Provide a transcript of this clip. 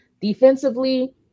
Defensively